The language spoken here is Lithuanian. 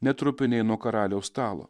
ne trupiniai nuo karaliaus stalo